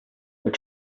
but